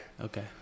Okay